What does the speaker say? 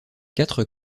quatre